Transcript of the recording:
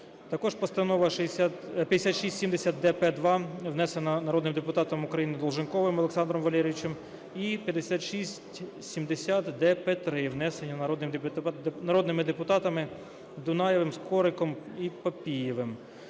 також постанова 5670-д-П2, внесена народним депутатом України Долженковим Олександром Валерійовичем, і 5670-д-П3, внесена народними депутатами Дунаєвим, Скориком і Папієвим.